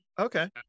Okay